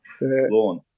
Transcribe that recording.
Lawn